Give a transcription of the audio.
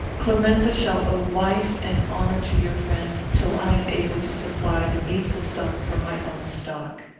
clemenza shall owe life and honour to your friend, till i am able to supply the needful sum from my own stock.